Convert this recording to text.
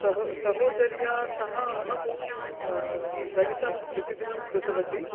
सहो सहोदर्या सह अहं गणितं प्रतिदिनं कृतवती